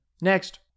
Next